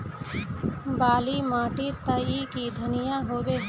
बाली माटी तई की धनिया होबे?